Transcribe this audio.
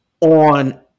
on